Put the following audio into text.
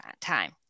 time